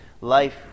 life